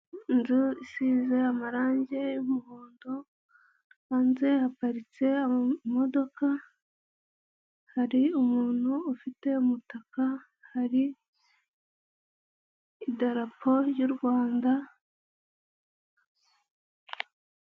Inzu isize amarangi y'umuhondo, hanze haparitse imodoka, hari umuntu ufite umutaka, hari idarapo Ry'u Rwanda.